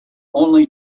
only